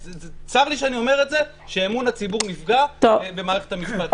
וצר לי שאני אומר את זה שאמון הציבור נפגע במערכת המשפט.